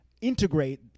integrate